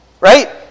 right